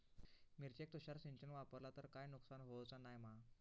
मिरचेक तुषार सिंचन वापरला तर काय नुकसान होऊचा नाय मा?